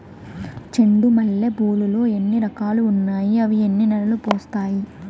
చెండు మల్లె పూలు లో ఎన్ని రకాలు ఉన్నాయి ఇవి ఎన్ని నెలలు పూస్తాయి